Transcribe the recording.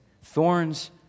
Thorns